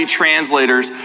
translators